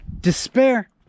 despair